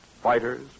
Fighters